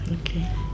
Okay